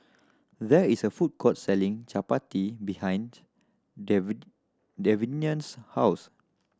there is a food court selling Chapati behind David Davion's house